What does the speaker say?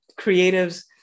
creatives